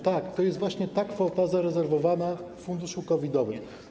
Tak, to jest właśnie ta kwota zarezerwowana w funduszu covid-owym.